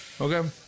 Okay